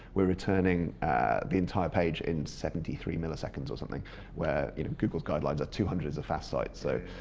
we're returning the entire page in seventy three milliseconds or something where in google's guidelines, two hundred is a fast site. so,